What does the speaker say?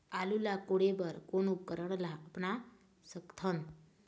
आलू ला कोड़े बर कोन उपकरण ला अपना सकथन?